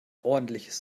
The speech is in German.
ordentliches